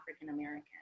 African-American